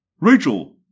Rachel